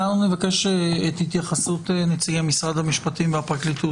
אני אבקש את התייחסות נציגי משרד המשפטים והפרקליטות.